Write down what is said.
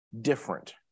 different